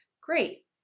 Great